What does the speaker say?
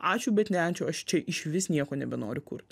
ačiū bet ne ačiū aš čia išvis nieko nebenoriu kurt